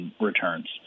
returns